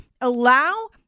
Allow